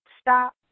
Stop